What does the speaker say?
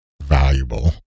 valuable